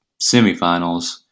semifinals